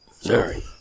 Sorry